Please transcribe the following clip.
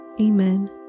Amen